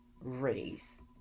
race